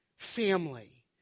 Family